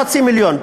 חצי מיליון,